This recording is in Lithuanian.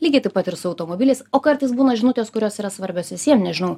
lygiai taip pat ir su automobilis o kartais būna žinutės kurios yra svarbios visiem nežinau